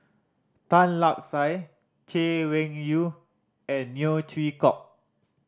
Tan Lark Sye Chay Weng Yew and Neo Chwee Kok